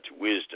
wisdom